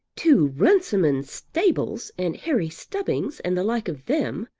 to runciman's stables and harry stubbings and the like of them.